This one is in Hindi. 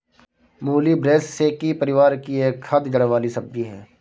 मूली ब्रैसिसेकी परिवार की एक खाद्य जड़ वाली सब्जी है